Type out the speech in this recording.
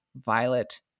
Violet